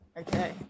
Okay